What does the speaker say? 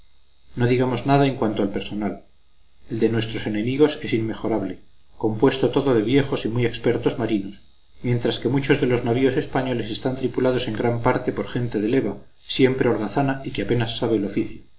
no digamos nada en cuanto al personal el de nuestros enemigos es inmejorable compuesto todo de viejos y muy expertos marinos mientras que muchos de los navíos españoles están tripulados en gran parte por gente de leva siempre holgazana y que apenas sabe el oficio